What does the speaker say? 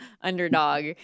underdog